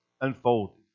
unfolded